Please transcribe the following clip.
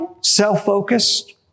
self-focused